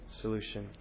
solution